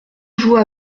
joue